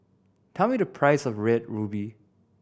tell me the price of Red Ruby